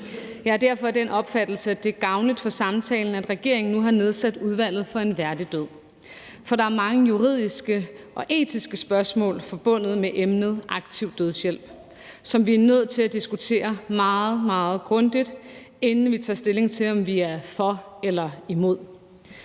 Jeg er derfor af den opfattelse, at det er gavnligt for samtalen, at regeringen nu har nedsat udvalget for en værdig død, for der er mange juridiske og etiske spørgsmål forbundet med emnet aktiv dødshjælp, som vi er nødt til at diskutere meget, meget grundigt, inden vi tager stilling til, om vi er for eller imod.